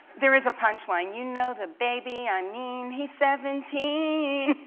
there is a punch line, you know the baby, i mean, he's seventeen.